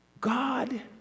God